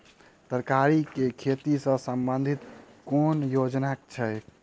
तरकारी केँ खेती सऽ संबंधित केँ कुन योजना छैक?